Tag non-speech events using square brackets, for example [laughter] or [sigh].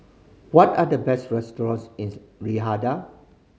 what are the best restaurants in [unintelligible] Riyadh